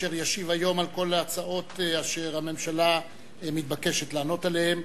אשר ישיב היום על כל ההצעות אשר הממשלה מתבקשת לענות עליהן,